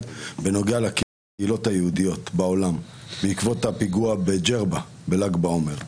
בנוגע לקהילות היהודיות בעולם בעקבות הפיגוע בג'רבה בל"ג בעומר.